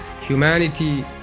humanity